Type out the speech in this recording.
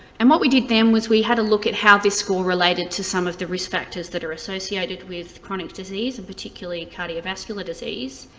and what we did, then, was we had a look at how the score related to some of the risk factors that are associated with chronic disease, and particularly cardiovascular disease,